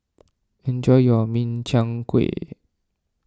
enjoy your Min Chiang Kueh